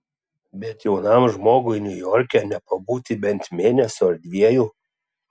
bet jaunam žmogui niujorke nepabūti bent mėnesio ar dviejų